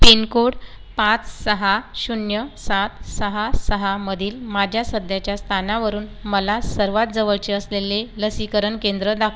pin code पाच सहा शून्य सात सहा सहामधील माझ्या सध्याच्या स्थानावरून मला सर्वात जवळचे असलेले लसीकरण केंद्र दाख